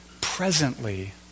presently